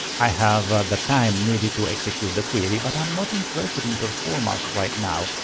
i have the time needed to execute the query but i'm not interested in performance right now.